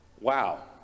Wow